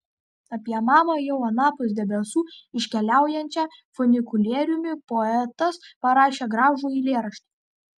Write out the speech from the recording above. apie mamą jau anapus debesų iškeliaujančią funikulieriumi poetas parašė gražų eilėraštį